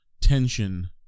tension